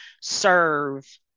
serve